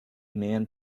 man